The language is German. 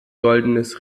goldenes